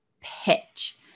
pitch